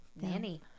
Nanny